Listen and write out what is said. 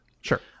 Sure